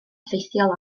effeithiol